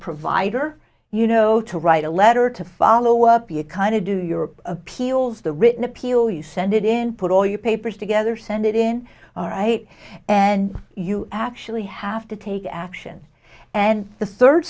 provider you know to write a letter to follow up be a kind of do your appeals the written appeal you send it in put all your papers together send it in all right and you actually have to take action and the third